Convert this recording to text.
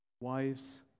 Wives